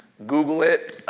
google it.